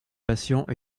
patient